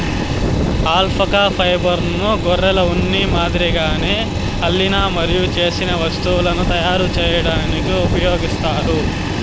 alpaca ఫైబర్ను గొర్రెల ఉన్ని మాదిరిగానే అల్లిన మరియు నేసిన వస్తువులను తయారు చేయడానికి ఉపయోగిస్తారు